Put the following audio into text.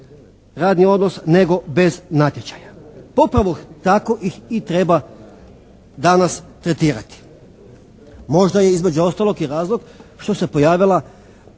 radni odnos nego bez natječaja. Upravo tako ih i treba danas tretirati. Možda je između ostalog i razlog što se pojavila